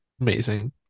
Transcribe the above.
Amazing